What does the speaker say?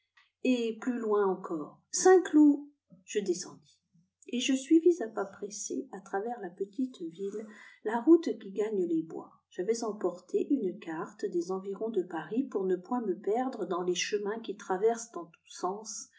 et plus loin encore saintcloud je descendis et je suivis à pas pressés à travers la petite ville la route qui gagne les bois j'avais emporté une carte des environs de paris pour ne point me perdre dans les chemins qui traversent en tous sens